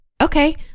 Okay